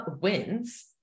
wins